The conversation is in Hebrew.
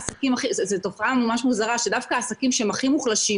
זו תופעה ממש מוזרה שדווקא העסקים שהם הכי מוחלשים,